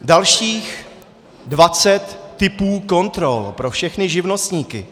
Dalších dvacet typů kontrol pro všechny živnostníky.